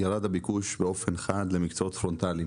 ירד הביקוש באופן חד למקצועות פרונטליים